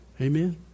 Amen